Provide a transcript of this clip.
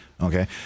Okay